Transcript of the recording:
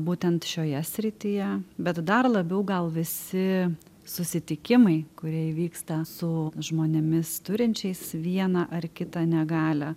būtent šioje srityje bet dar labiau gal visi susitikimai kurie įvyksta su žmonėmis turinčiais vieną ar kitą negalią